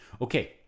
Okay